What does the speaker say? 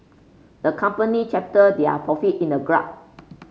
the company chapter their profit in a graph